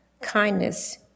kindness